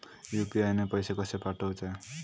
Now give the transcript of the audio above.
UPI ने पैशे कशे पाठवूचे?